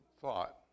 thought